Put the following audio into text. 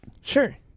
sure